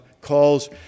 calls